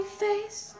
face